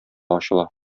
ачыла